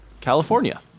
California